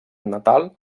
natal